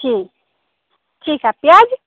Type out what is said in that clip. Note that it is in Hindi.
ठीक ठीक है प्याज